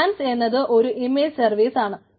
glance എന്നത് ഒരു image service ആണ്